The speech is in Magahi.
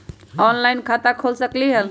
ऑनलाइन खाता खोल सकलीह?